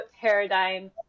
paradigm